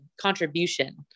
contribution